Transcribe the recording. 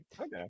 okay